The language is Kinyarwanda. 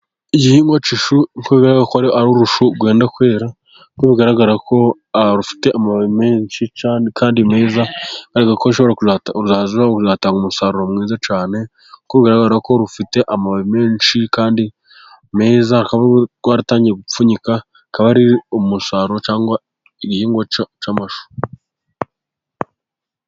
Igihingwa ki ishu kuko bigaragarako ari urushu rwenda kwera, bigaragara ko rufite amababi menshi cyane kandi meza, ariko bigaragara ko ruzatanga umusaruro mwiza cyane, kuko bigaragara ko rufite amababi menshi kandi meza, rukaba rwaratangiye gupfunyika, akaba ari umusaruro cyangwa igihingwa cy'amashu.